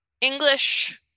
english